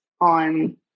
on